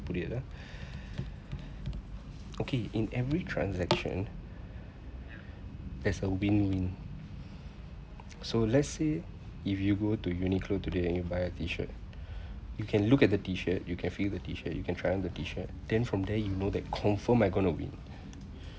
put it ah okay in every transaction as a win win so let's say if you go to uniqlo today and you buy a T shirt you can look at the T shirt you can feel the T shirt you can try on the T shirt then from there you know that confirm I gonna win